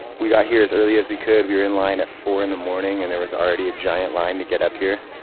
we got here as early as we could. we were in line at four zero in the morning and there was already a giant line to get up here.